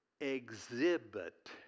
exhibit